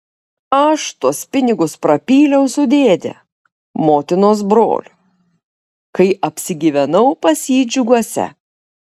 aš tuos pinigus prapyliau su dėde motinos broliu kai apsigyvenau pas jį džiuguose